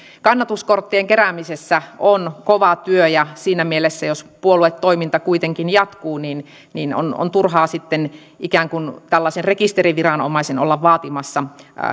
kannatuskorttien keräämisessä on kova työ ja siinä mielessä jos puolueen toiminta kuitenkin jatkuu on on turhaa sitten ikään kuin tällaisen rekisteriviranomaisen olla vaatimassa